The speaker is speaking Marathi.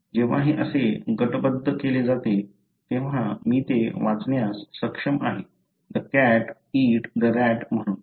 तर जेव्हा हे असे गटबद्ध केले जाते तेव्हा मी ते वाचण्यास सक्षम आहे the cat eat the rat म्हणून